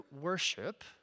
worship